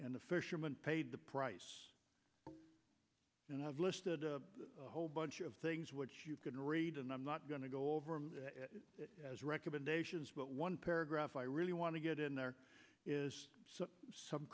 and the fisherman paid the price and have listed a whole bunch of things which you can read and i'm not going to go over as recommendations but one paragraph i really want to get in there is some